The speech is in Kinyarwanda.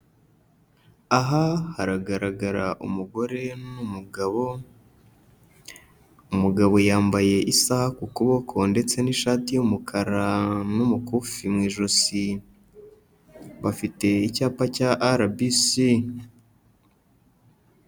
Aha haragaragara umugore n'umugabo, umugabo yambaye isaha ku kuboko ndetse n'ishati y'umukara n'umukufi mu ijosi, bafite icyapa cya RBC.